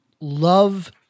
love